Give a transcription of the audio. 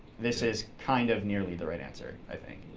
this is kind of nearly the right answer, i think.